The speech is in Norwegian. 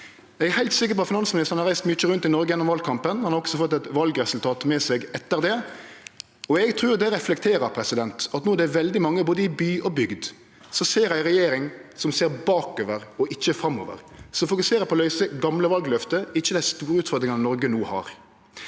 finansministeren har reist mykje rundt i Noreg gjennom valkampen. Han har også fått eit valresultat med seg etter det. Eg trur det reflekterer at det no er veldig mange både i by og i bygd som ser ei regjering som ser bakover og ikkje framover, som fokuserer på å løyse gamle valløfte og ikkje dei store utfordringane Noreg har